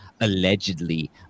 allegedly